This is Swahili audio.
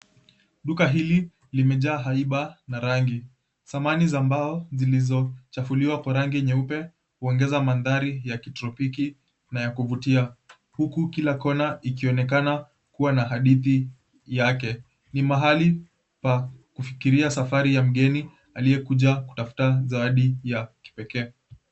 Duka hili limejaa haiba na rangi. Samani za mbao zilizochafuliwa kwa rangi nyeupe huongeza mandhari ya kitropiki na ya kuvutia, huku kila kona ikionekana kuwa na hadithi yake. Ni mahali pa kufikiria safari ya mgeni aliyekuja kutafuta zawadi ya kipekee.